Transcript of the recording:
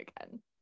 again